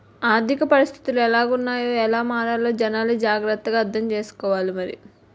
ఆర్థిక పరిస్థితులు ఎలాగున్నాయ్ ఎలా మారాలో జనాలే జాగ్రత్త గా అర్థం సేసుకోవాలి మరి